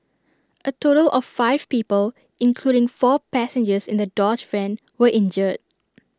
A total of five people including four passengers in the dodge van were injured